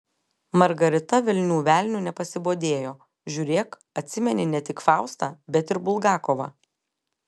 margarita velnių velniu nepasibodėjo žiūrėk atsimeni ne tik faustą bet ir bulgakovą